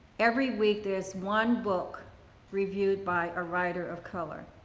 every week there's one book reviewed by a writer of color,